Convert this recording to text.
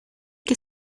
que